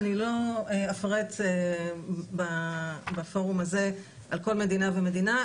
אני לא אפרט בפורום הזה על כל מדינה ומדינה,